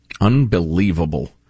Unbelievable